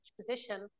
position